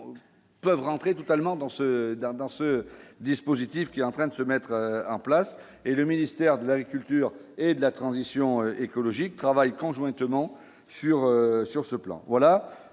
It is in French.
peuvent rentrer totalement dans ce dans dans ce dispositif, qui est en train de se mettre en place et le ministère de l'Agriculture et de la transition écologique travaillent conjointement sur, sur ce plan,